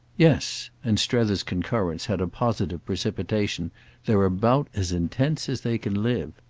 yes and strether's concurrence had a positive precipitation they're about as intense as they can live.